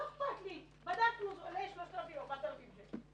לא אכפת לי, בדקנו, זה עולה 3,000 4,000 שקל,